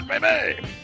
Baby